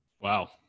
Wow